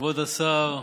כבוד השר,